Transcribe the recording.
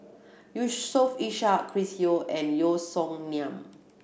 Yusof Ishak Chris Yeo and Yeo Song Nian